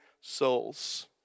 souls